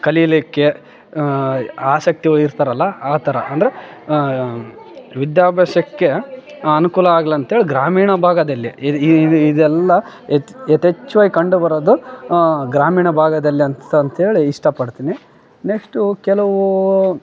ಕಲಿಲಿಕ್ಕೆ ಆಸಕ್ತಿ ಇರ್ತಾರಲ್ಲ ಆ ಥರ ಅಂದರೆ ವಿದ್ಯಾಭ್ಯಾಸಕ್ಕೆ ಅನುಕೂಲ ಆಗ್ಲಿ ಅಂತೇಳಿ ಗ್ರಾಮೀಣ ಭಾಗದಲ್ಲಿ ಇದು ಇದೆಲ್ಲ ಯಥೇಚ್ಛವಾಗ್ ಕಂಡು ಬರೋದು ಗ್ರಾಮೀಣ ಭಾಗದಲ್ ಅಂತೇಳಿ ಇಷ್ಟ ಪಡ್ತಿನಿ ನೆಕ್ಸ್ಟು ಕೆಲವು